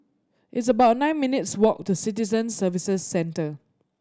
it's about nine minutes' walk to Citizen Services Centre